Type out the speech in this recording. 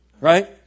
Right